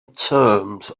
terms